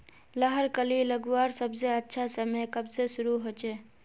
लहर कली लगवार सबसे अच्छा समय कब से शुरू होचए?